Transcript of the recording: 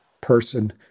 person